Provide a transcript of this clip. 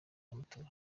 y’amatora